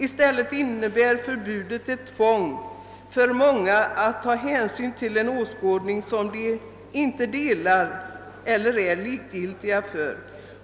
I stället innebär förbudet ett tvång för många att ta hänsyn till en åskådning, som de inte delar eller är likgiltiga för.